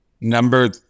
Number